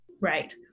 Right